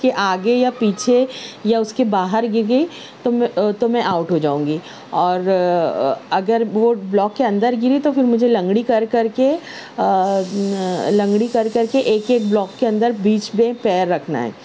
کے آگے یا پیچھے یا اس کے باہر گر گئی تو میں آؤٹ ہو جاؤں گی اور اگر بورڈ بلاک کے اندر گری تو پھر مجھے لنگڑی کر کر کے لنگڑی کر کر کے ایک ایک بلاک کے اندر بیچ میں پیر رکھنا ہے